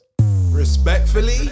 Respectfully